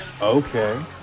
Okay